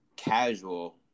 Casual